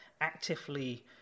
actively